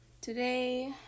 Today